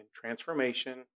transformation